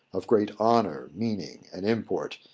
of great honour, meaning, and import,